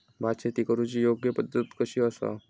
भात शेती करुची योग्य पद्धत कशी आसा?